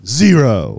zero